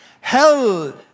Hell